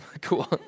Cool